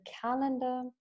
calendar